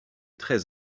très